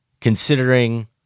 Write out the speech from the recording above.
considering